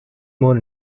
more